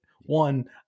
One